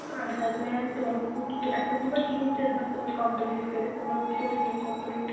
اہن حظ میم تِمو ہیٚوک نہٕ کہیٖنۍ اَسہِ ہیٚوک نہٕ پَتہٕ کہیٖنۍ سیٚلبَس تِمن کَمپٕلیٖٹ کٔرِتھ تِمن رود سورٕے اِنکَمپٕلیٖٹ